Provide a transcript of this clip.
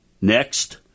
Next